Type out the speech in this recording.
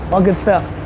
all good stuff.